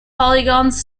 polygons